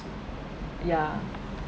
ya